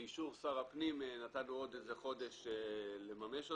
באישור שר הפנים נתנו עוד חודש לממש אותה,